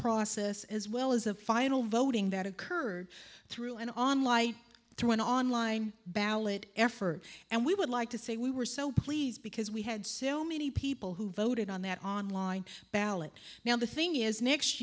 process as well as a final voting that occurred through and on light through an online ballot effort and we would like to say we were so pleased because we had so many people who voted on that online ballot now the thing is next